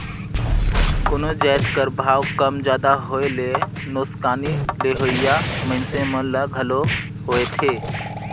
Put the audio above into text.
कोनो जाएत कर भाव कम जादा होए ले नोसकानी लेहोइया मइनसे मन ल घलो होएथे